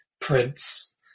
Prince